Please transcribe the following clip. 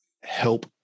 help